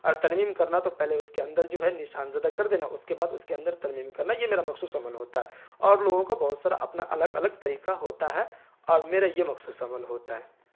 اور ترمیم کرنا تو پہلے اس کے اندر جو ہے نشان زدہ کر دینا اس کے بعد اس کے اندر ترمیم کرنا یہ میرا مخصوص عمل ہوتا ہے اور لوگوں کا بہت سارا اپنا الگ الگ طریقہ ہوتا ہے اور میرا یہ مخصوص عمل ہوتا ہے